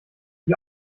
die